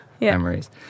memories